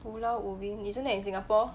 pulau ubin isn't that in singapore